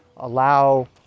allow